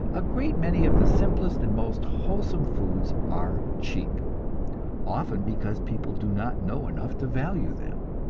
a great many of the simplest and most wholesome foods are cheap often because people do not know enough to value them.